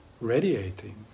radiating